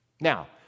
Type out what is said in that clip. Now